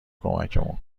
کمکمون